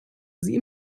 sie